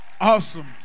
awesome